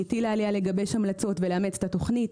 והיא הטילה עליה לגבש המלצות ולאמץ את התוכנית.